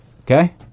Okay